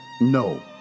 No